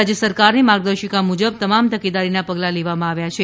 રાજ્ય સરકારની માર્ગદર્શિકા મુજબ તમામ તકેદારીના પગલાં લેવામાં આવ્યા છે